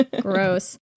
Gross